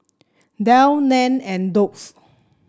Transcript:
Dell Nan and Doux